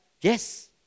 Yes